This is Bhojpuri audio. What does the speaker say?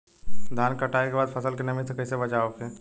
धान के कटाई के बाद फसल के नमी से कइसे बचाव होखि?